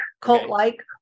cult-like